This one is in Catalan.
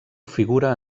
figura